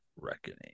Reckoning